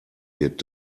wird